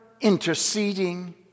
interceding